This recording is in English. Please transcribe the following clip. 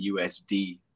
USD